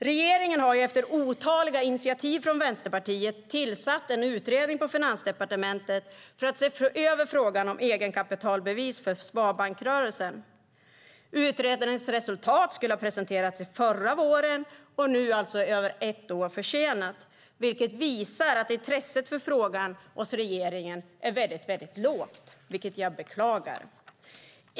Regeringen har efter otaliga initiativ från Vänsterpartiet tillsatt en utredning på Finansdepartementet för att se över frågan om egenkapitalbevis för sparbanksrörelsen. Utredarens resultat skulle ha presenterats förra våren och är alltså över ett år försenat. Det visar att intresset för frågan är lågt hos regeringen, vilket jag beklagar.